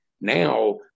now